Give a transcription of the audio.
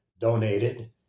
donated